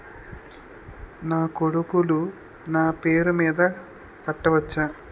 నా కొడుకులు నా పేరి మీద కట్ట వచ్చా?